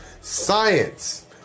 Science